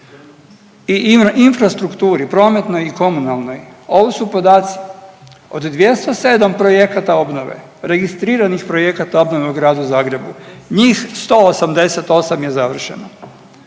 i infrastrukturi prometnoj i komunalnoj ovo su podaci, od 207 projekata obnove registriranih projekata obnove u Gradu Zagrebu, njih 188 je završeno.